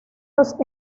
los